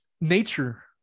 Nature